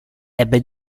ebbe